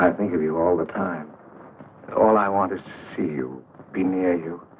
think of you all the time all i want to see you be near you.